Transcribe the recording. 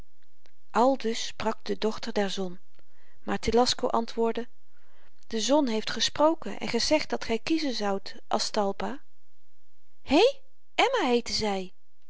aldus sprak de dochter der zon maar telasco antwoordde de zon heeft gesproken en gezegd dat gy kiezen zoudt aztalpa hé emma heette zy